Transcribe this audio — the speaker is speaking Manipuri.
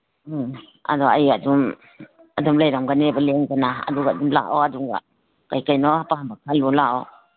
ꯎꯝ ꯑꯗꯣ ꯑꯩ ꯑꯗꯨꯝ ꯑꯗꯨꯝ ꯂꯩꯔꯝꯒꯅꯦꯕ ꯂꯦꯡꯗꯅ ꯑꯗꯨꯒ ꯑꯗꯨꯝ ꯂꯥꯛꯑꯣ ꯑꯗꯨꯒ ꯀꯩꯀꯩꯅꯣ ꯑꯄꯥꯝꯕ ꯈꯜꯂꯣ ꯂꯥꯛꯑꯣ